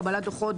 קבלת דוחות,